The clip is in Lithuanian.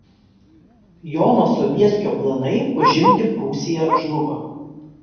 jono sobieskio planai užimti prūsiją žlugo